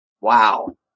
Wow